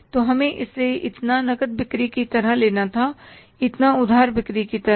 तो हमें इसे इतना नकद बिक्री की तरह लेना था इतना उधार बिक्री की तरह